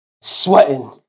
sweating